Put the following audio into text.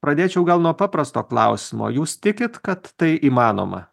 pradėčiau gal nuo paprasto klausimo jūs tikit kad tai įmanoma